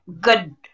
good